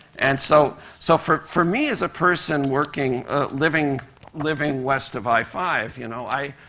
and so, so for for me, as a person working living living west of i five, you know, i.